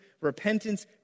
Repentance